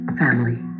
family